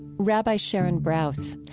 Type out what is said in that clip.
rabbi sharon brous.